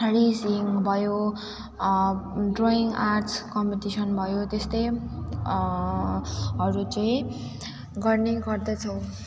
रिसिम भयो drawing arts competition भयो त्यस्तै हरू चाहिँ गर्ने गर्दछौँ